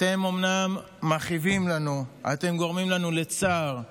אתם אומנם מכאיבים לנו, אתם גורמים לנו לצער,